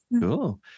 Cool